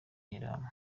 interahamwe